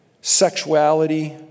sexuality